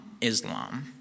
Islam